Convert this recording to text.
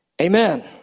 Amen